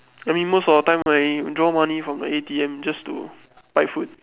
I mean most of the time I withdraw money from the A_T_M just to buy food